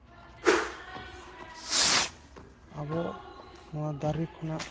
ᱟᱵᱚ ᱱᱚᱣᱟ ᱫᱟᱨᱮ ᱠᱷᱚᱱᱟᱜ